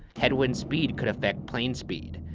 headwind speed could affect plane speed,